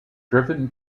driven